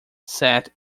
sat